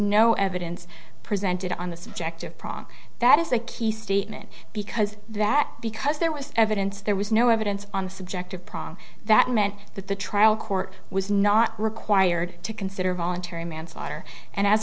no evidence presented on the subject of prague that is a key statement because that because there was evidence there was no evidence on the subject of prom that meant that the trial court was not required to consider voluntary manslaughter and as